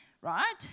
right